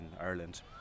Ireland